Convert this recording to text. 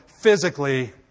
physically